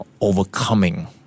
overcoming